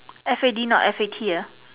F A D not F A T uh